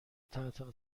تحت